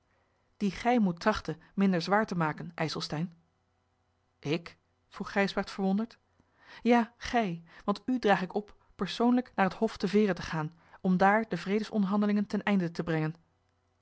dien gij moet trachten minder zwaar te maken ijselstein ik vroeg gijsbrecht verwonderd ja gij want u draag ik op persoonlijk naar het hof te veere te gaan om daar de vredesonderhandelingen ten einde te brengen